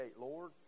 Lord